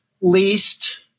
least